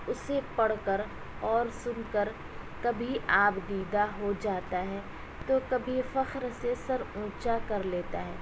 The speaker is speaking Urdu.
اسے پڑھ کر اور سن کر کبھی آبدیدہ ہو جاتا ہے تو کبھی فخر سے سر اونچا کر لیتا ہے